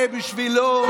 תקפצו להם.